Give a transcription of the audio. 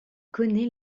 connaît